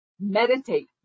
Meditate